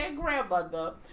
grandmother